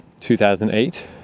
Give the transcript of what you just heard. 2008